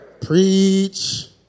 Preach